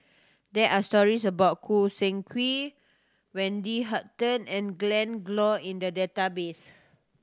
there are stories about Choo Seng Quee Wendy Hutton and Glen Goei in the database